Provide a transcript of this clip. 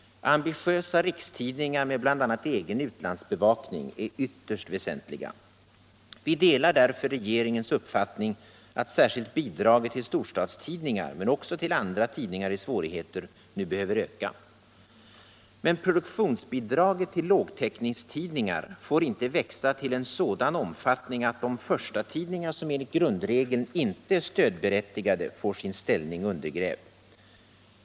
Ambitiösa rikstidningar med bl.a. egen utlandsbevakning är t.ex. ytterst väsentliga. Vi delar därför regeringens uppfattning att särskilt bidraget till storstadstidningar men också till andra tidningar i svårigheter nu behöver öka. Men produktionsbidraget till lågtäckningstidningar får inte växa till en sådan omfattning att de förstatidningar som enligt grundregeln inte är stödberättigade får sin ställning undergrävd.